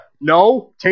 No